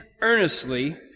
earnestly